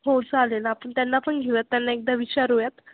हो चालेल आपण त्यांना पण घेऊयात त्यांना एकदा विचारूयात